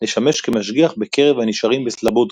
לשמש כמשגיח בקרב הנשארים בסלובודקה.